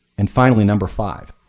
and finally, number five.